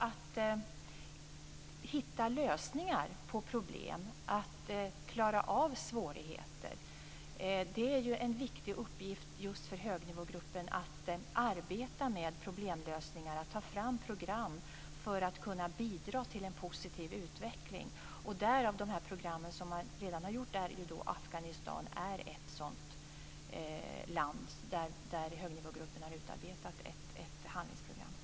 Att hitta lösningar på problem och att klara av svårigheter är en viktig uppgift för högnivågruppen att arbeta med. Man ska ta fram program för att kunna bidra till en positiv utveckling. Afghanistan är ett sådant land där högnivågruppen har utarbetat ett handlingsprogram.